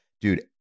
dude